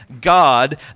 god